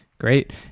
Great